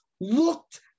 looked